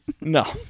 No